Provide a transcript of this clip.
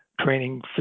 training